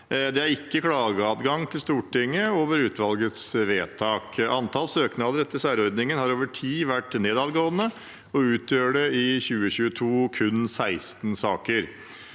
Det er ikke klageadgang til Stortinget over utvalgets vedtak. Antall søknader etter særordningen har over tid vært nedadgående og utgjorde i 2022 kun 16 saker.